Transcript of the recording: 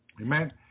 Amen